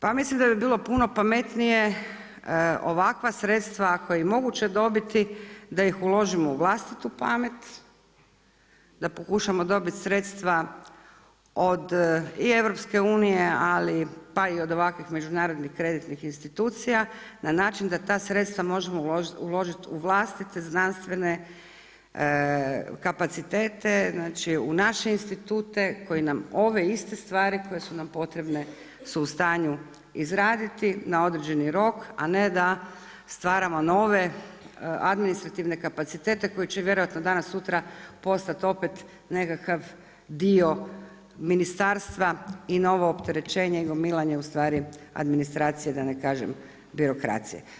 Pa mislim da bi bilo puno pametnije, ovakva sredstva ako je i moguće dobiti da ih uložimo u vlastitu pamet, da pokušamo dobiti sredstva od i EU ali pa i od ovakvih međunarodnih kreditnih institucija na način da ta sredstva možemo uložiti u vlastite znanstvene kapacitete, znači u naše institute koji nam ove iste stvari koje su nam potrebne su u stanju izraditi na određeni rok a ne da stvaramo nove administrativne kapacitete koji će vjerojatno danas sutra postati opet nekakav dio ministarstva i novo opterećenje i gomilanje ustvari administracije da ne kažem birokracije.